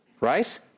right